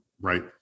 right